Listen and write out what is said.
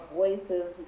voices